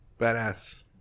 badass